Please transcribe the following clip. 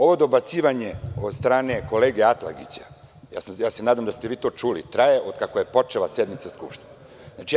Ovo dobacivanje od strane kolege Atlagića, ja se nadam da ste vi to čuli, traje od kako je počela sednica Skupštine.